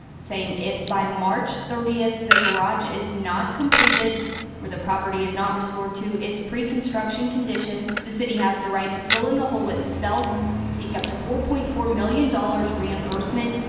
saying if by march thirtieth the garage is not completed or the property is not restored to its pre construction condition the city has the right to fill in the hole, seek up to four point four million dollars reimbursement,